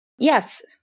Yes